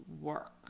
work